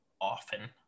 often